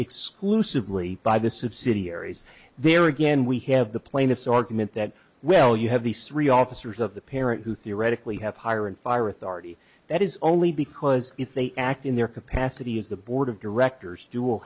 exclusively by the subsidiaries there again we have the plaintiff's argument that well you have these three officers of the parent who theoretically have hire and fire authority that is only because if they act in their capacity as the board of directors du